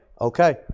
okay